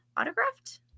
autographed